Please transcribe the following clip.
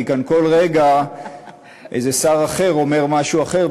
כי כאן כל רגע איזה שר אחר אומר משהו אחר,